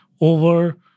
over